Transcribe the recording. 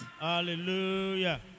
Hallelujah